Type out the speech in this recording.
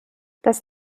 das